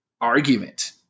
argument